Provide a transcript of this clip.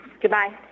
Goodbye